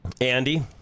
Andy